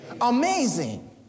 Amazing